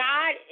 God